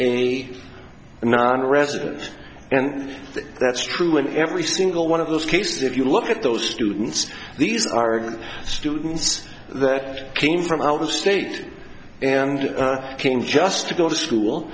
a nonresident and that's true in every single one of those cases if you look at those students these are students that came from out of state and came just to go to school